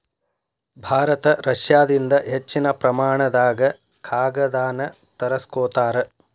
ಭಾರತ ರಷ್ಯಾದಿಂದ ಹೆಚ್ಚಿನ ಪ್ರಮಾಣದಾಗ ಕಾಗದಾನ ತರಸ್ಕೊತಾರ